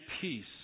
peace